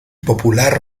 popular